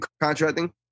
contracting